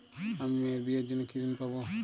আমি মেয়ের বিয়ের জন্য কি ঋণ পাবো?